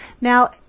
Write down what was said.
Now